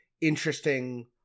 interesting